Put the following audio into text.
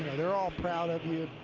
they're all proud of you,